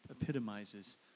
epitomizes